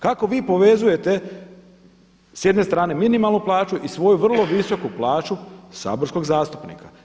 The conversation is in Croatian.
Kako vi povezujete s jedne strane minimalnu plaću i svoju vrlo visoku plaću saborskog zastupnika.